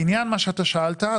בעניין מה שאתה שאלת,